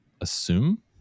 assume